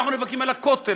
אנחנו נאבקים על הכותל,